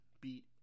beat